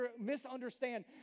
misunderstand